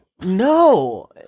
No